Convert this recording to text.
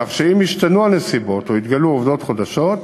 כך שאם ישתנו הנסיבות או התגלו עובדות חדשות,